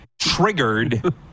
triggered